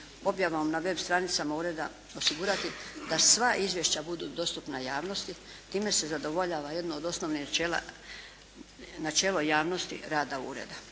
objavom na web stranicama ureda osigurati da sva izvješća budu dostupna javnosti. Time se zadovoljava jedno od osnovnih načela – načelo javnosti rada ureda.